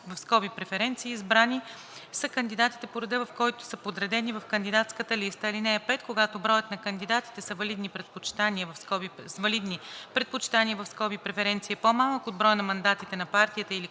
(преференции), избрани са кандидатите по реда, в който са подредени в кандидатската листа. (5) Когато броят на кандидатите с валидни предпочитания (преференции) е по-малък от броя на мандатите на партията или